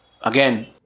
again